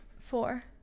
four